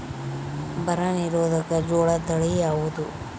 ಬರ ನಿರೋಧಕ ಜೋಳ ತಳಿ ಯಾವುದು?